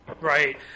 Right